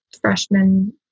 freshman